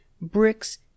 bricks